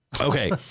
Okay